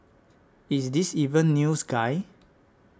is this even news guy